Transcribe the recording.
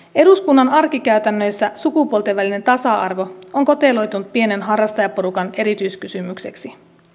eduskunnan arkikäytännöissä sukupuolten välinen tasa arvo on koteloitunut pienen harrastajaporukan erityiskysymykseksi